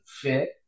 fit